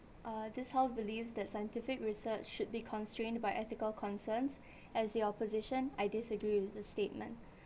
uh this house believes that scientific research should be constrained by ethical concerns as the opposition I disagree with the statement